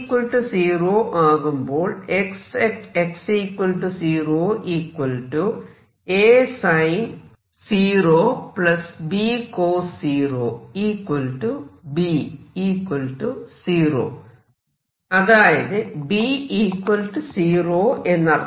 x 0 ആകുമ്പോൾ അതായത് B 0 എന്നർത്ഥം